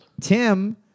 Tim